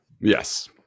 Yes